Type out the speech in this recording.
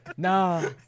Nah